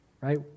right